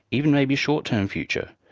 even maybe short-term future.